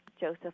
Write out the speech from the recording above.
Joseph